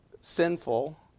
sinful